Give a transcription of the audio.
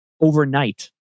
overnight